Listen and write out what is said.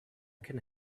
can